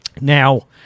Now